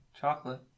Chocolate